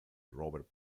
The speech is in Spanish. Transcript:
robert